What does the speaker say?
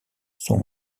sont